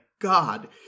god